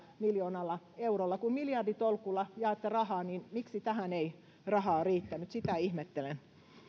miljoonalla eurolla kun miljarditolkulla jaatte rahaa niin miksi tähän ei rahaa riittänyt sitä ihmettelen